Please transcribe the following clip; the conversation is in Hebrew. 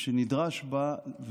שנדרש בה,